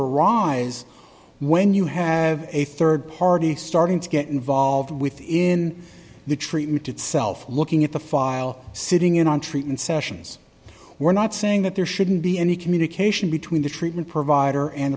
arise when you have a rd party starting to get involved within the treatment itself looking at the file sitting in on treatment sessions we're not saying that there shouldn't be any communication between the treatment provider and